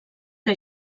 que